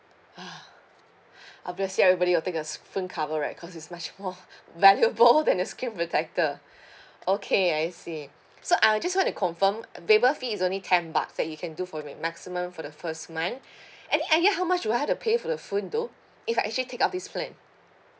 ah obviously everybody will take this phone cover right cause it's much more valuable than the screen protector okay I see so I was just want to confirm waiver fee is only ten bucks that you can do for ma~ maximum for the first month any idea how much will I have to pay for the phone though if I actually take up this plan